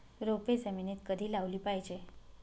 रोपे जमिनीत कधी लावली पाहिजे?